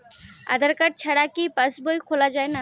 আধার card ছাড়া কি পাসবই খোলা যায়?